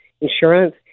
insurance